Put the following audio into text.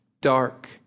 dark